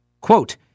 Quote